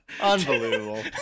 Unbelievable